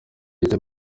icyo